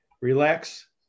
Relax